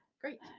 Great